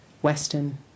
Western